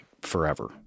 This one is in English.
forever